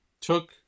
took